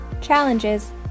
challenges